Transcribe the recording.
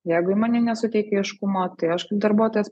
jeigu įmonė nesuteikia aiškumo tai aš kaip darbuotojas